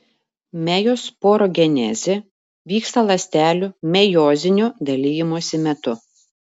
mejosporogenezė vyksta ląstelių mejozinio dalijimosi metu